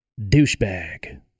Douchebag